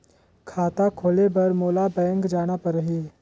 खाता खोले बर मोला बैंक जाना परही?